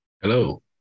Hello